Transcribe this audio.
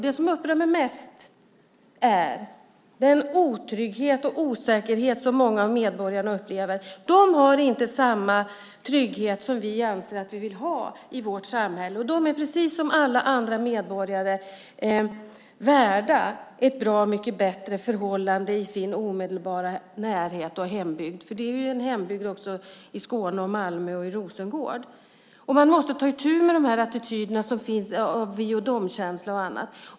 Det som upprör mig mest är den otrygghet och den osäkerhet som många av medborgarna upplever. De har inte samma trygghet som vi anser att vi vill ha i vårt samhälle. Men de här människorna är precis som alla andra medborgare värda bra mycket bättre förhållanden i sin omedelbara närhet och hembygd. Det är ju en hembygd också i Skåne, i Malmö och Rosengård. Man måste ta itu med de attityder som finns av en vi-och-de-känsla och annat.